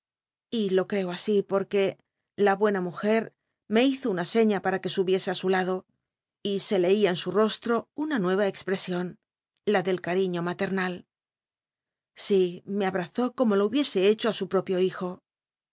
y lo creo así porc ue la buena mujer me hizo una seña pam que subiese á su lado y se leía en su rostro una nueva expresion la del catiño matemal sí me abr azó como lo hubiese hecho su ptopio hijo